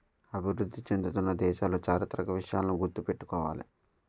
అభివృద్ధి చెందుతున్న దేశాలు చారిత్రక విషయాలను గుర్తు పెట్టుకోవాలి